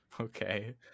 Okay